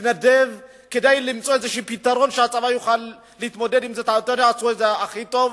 מתנדב במציאת פתרון כדי שהצבא יוכל להתמודד ולעשות את זה הכי טוב.